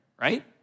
right